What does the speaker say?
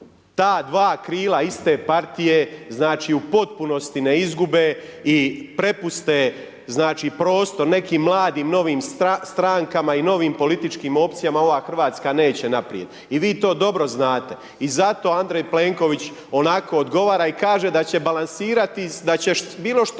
ta dva krila iste partije, znači u potpunosti ne izgube i prepuste znači prostor nekim mladim novim strankama i novim političkim opcijama ova Hrvatska neće naprijed, i vi to dobro znate, i zato Andrej Plenković onako odgovara i kaže da će